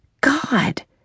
God